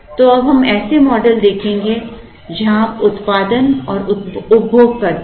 तो अब हम ऐसे मॉडल देखेंगे जहां हम उत्पादन और उपभोग करते हैं